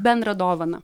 bendrą dovaną